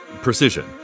precision